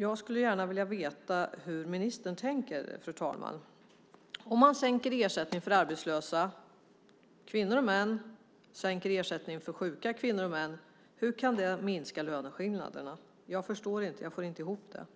Jag skulle gärna vilja veta hur ministern tänker, fru talman. Hur kan det minska löneskillnaderna om man sänker ersättningen för arbetslösa kvinnor och män och sänker ersättning för sjuka kvinnor och män? Jag får inte ihop det.